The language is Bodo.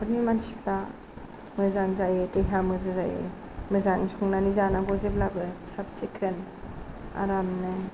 न'खरनि मानसिफ्रा मोजां जायो देहा मोजां जायो मोजाङै संनानै जानांगौ जेब्लाबो साब सिखोन आरामनो